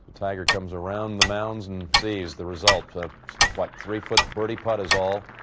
tiger comes around the mounds and sees the results of like three-foot birdie putt is all.